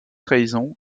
trahison